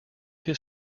his